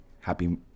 Happy